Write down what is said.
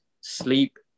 sleep